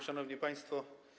Szanowni Państwo!